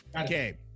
Okay